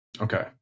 Okay